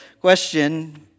question